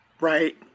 right